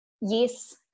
yes